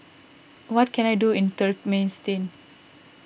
what can I do in Turkmenistan